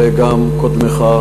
וגם קודמך,